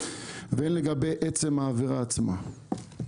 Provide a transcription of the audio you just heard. והן לגבי עצם העבירה עצמה.